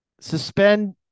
Suspend